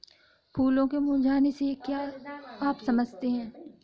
फूलों के मुरझाने से क्या आप समझते हैं?